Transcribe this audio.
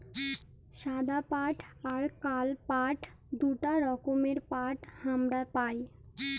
সাদা পাট আর কাল পাট দুটা রকমের পাট হামরা পাই